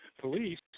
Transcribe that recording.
police